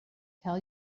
tell